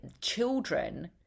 children